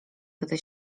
gdy